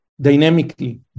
dynamically